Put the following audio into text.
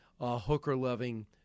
hooker-loving